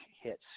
hits